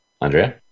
Andrea